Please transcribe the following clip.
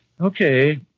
Okay